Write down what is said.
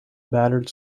battered